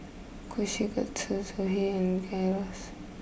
Kushikatsu Zosui and Gyros